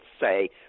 say